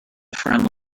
friend